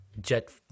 jet